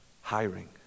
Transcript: hiring